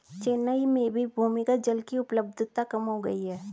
चेन्नई में भी भूमिगत जल की उपलब्धता कम हो गई है